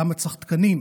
למה צריך תקנים?